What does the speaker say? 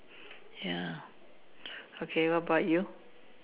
ya okay what about you